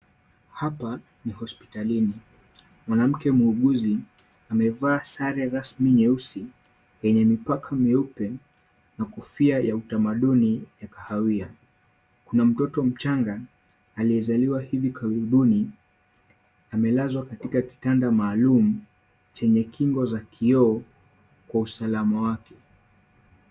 Hapa ni hospitalini, mwanamke muuguzi amevaa sare rasmi nyeusi yenye mipaka mieupe na kofia ya utamaduni yenye kahawia, kuna mtoto mchanga aliyezaliwa hivi karibuni, amelazwa katika kitanda maalum chenye kinga za kioo kwa usalama wake.